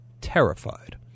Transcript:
Terrified